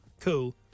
cool